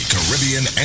Caribbean